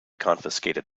confiscated